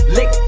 Lick